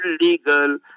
illegal